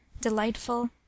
DELIGHTFUL